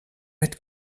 mit